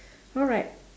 alright